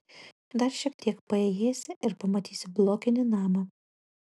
dar šiek tiek paėjėsi ir pamatysi blokinį namą